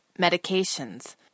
medications